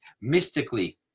mystically